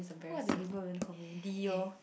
what do people even call me D orh